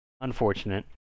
Unfortunate